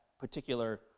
particular